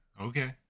Okay